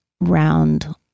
round